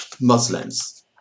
Muslims